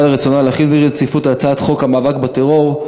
על רצונה להחיל דין רציפות על הצעת חוק המאבק בטרור,